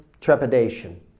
trepidation